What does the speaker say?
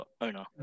owner